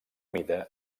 mida